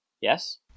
Yes